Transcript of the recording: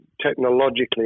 technologically